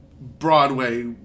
Broadway